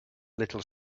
little